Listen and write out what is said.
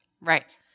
Right